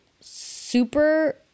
super